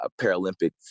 Paralympic